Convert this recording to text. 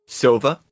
Silva